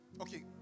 Okay